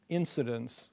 incidents